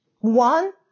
One